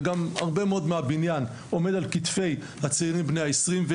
וגם הרבה מאוד מהבניין עומד על כתפי הצעירים בני העשרים.